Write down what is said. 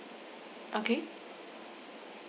okay